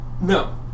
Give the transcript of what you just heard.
No